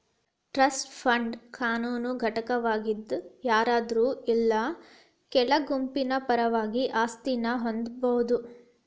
trust fund ಕಾನೂನು ಘಟಕವಾಗಿದ್ ಯಾರಾದ್ರು ಇಲ್ಲಾ ಕೆಲ ಗುಂಪಿನ ಪರವಾಗಿ ಆಸ್ತಿನ ಹೊಂದಬೋದು